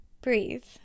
breathe